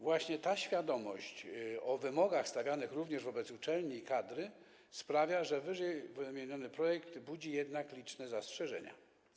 Właśnie ta świadomość wymogów stawianych również wobec uczelni i kadry sprawia, że ww. projekt budzi jednak liczne zastrzeżenia.